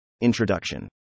Introduction